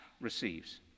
receives